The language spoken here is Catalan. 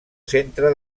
centre